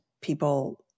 people